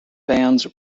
bands